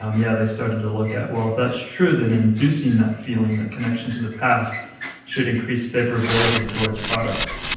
um yeah, they started to look at well, if that's true, then inducing that feeling, that connection to the past should increase favorability towards products